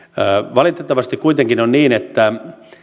valitettavasti kuitenkin on niin että